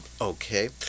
okay